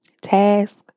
task